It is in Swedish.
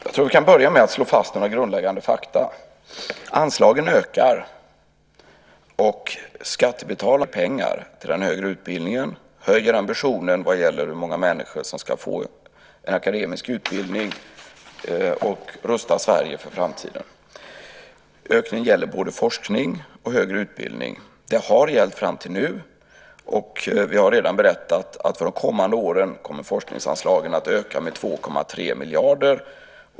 Herr talman! Jag ska börja med att slå fast några grundläggande fakta. Anslagen ökar, och skattebetalarna betalar mer och mer pengar till den högre utbildningen. Vi höjer ambitionen för hur många människor som ska få en akademisk utbildning och rustar Sverige för framtiden. Ökningen gäller både forskning och högre utbildning. Det har gällt fram till nu, och vi har redan sagt att för de kommande åren kommer forskningsanslagen att öka med 2,3 miljarder.